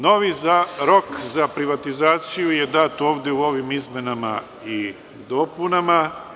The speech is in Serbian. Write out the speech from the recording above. Novi rok za privatizaciju je dat ovde u ovim izmenama i dopunama.